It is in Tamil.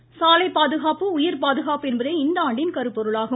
சாலை பாதுகாப்பு உயிர் பாதுகாப்பு என்பதே இந்த ஆண்டின் கருப்பொருளாகும்